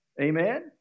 Amen